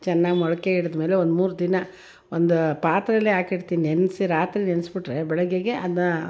ಚೆನ್ನಾಗಿ ಮೊಳಕೆ ಹಿಡಿದ್ಮೇಲೆ ಒಂದು ಮೂರು ದಿನ ಒಂದು ಪಾತ್ರೆಯಲ್ಲಿ ಹಾಕಿರ್ತೀನಿ ನೆನೆಸಿ ರಾತ್ರಿ ನೆನೆಸ್ಬಿಟ್ರೆ ಬೆಳಗ್ಗೆಗೆ ಅದಾ